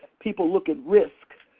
people look at risks.